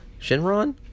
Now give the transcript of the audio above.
Shinron